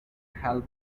help